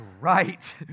right